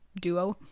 Duo